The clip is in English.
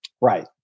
Right